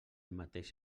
mateix